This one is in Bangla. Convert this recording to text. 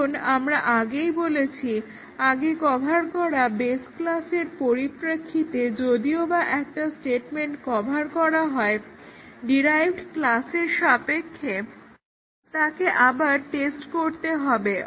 কারণ আমরা আগেই বলেছি আগে কভার করা বেস ক্লাসের পরিপ্রেক্ষিতে যদিওবা একটা স্টেটমেন্ট কভার করা হয় ডিরাইভড ক্লাসের সাপেক্ষে তাকে আবার টেস্ট করতে হবে